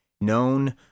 known